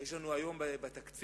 יש לנו היום בתקציב,